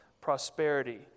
prosperity